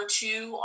two